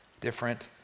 different